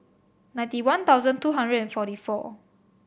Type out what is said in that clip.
ninety one thousand two hundred and forty four